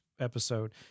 episode